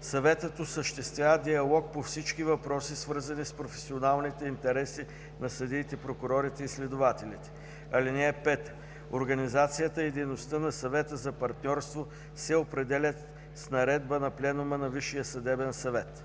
Съветът осъществява диалог по всички въпроси, свързани с професионалните интереси на съдиите, прокурорите и следователите. (5) Организацията и дейността на Съвета за партньорство се определят с наредба на пленума на Висшия съдебен съвет.“